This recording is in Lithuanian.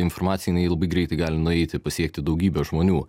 informaciniai labai greitai gali nueiti pasiekti daugybę žmonių